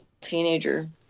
teenager